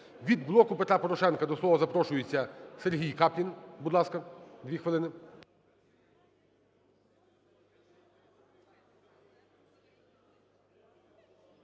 Від "Блоку Петра Порошенка" до слова запрошується Сергій Каплін,